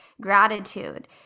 gratitude